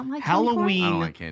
Halloween